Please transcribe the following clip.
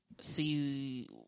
see